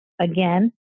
again